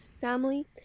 family